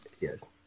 yes